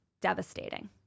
devastating